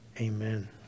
Amen